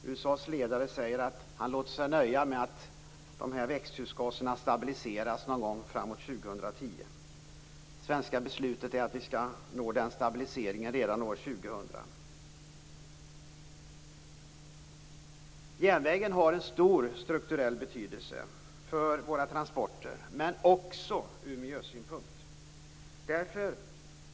USA:s ledare säger att han låter sig nöjas med att växthusgaserna stabiliseras någon gång framåt år 2010. Det svenska beslutet är att vi skall nå den stabiliseringen redan år 2000. Järnvägen har en stor strukturell betydelse för våra transporter, men den har också betydelse från miljösynpunkt.